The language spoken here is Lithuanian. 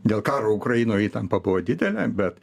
dėl karo ukrainoj įtampa buvo didelė bet